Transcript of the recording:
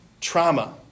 Trauma